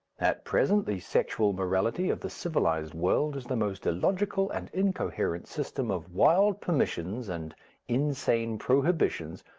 at present the sexual morality of the civilized world is the most illogical and incoherent system of wild permissions and insane prohibitions,